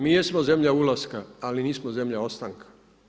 Mi jesmo zemlja ulaska ali nismo zemlja ostanka.